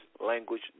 language